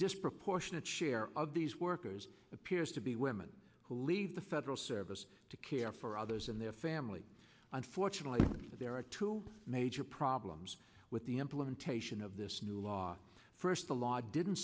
disproportionate share of these workers appears to be women who leave the federal service to care for others and their family unfortunately but there are two major problems with the implementation of this new law first the law didn't